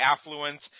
affluence